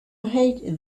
hate